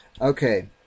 Okay